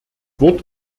wort